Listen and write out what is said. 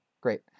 great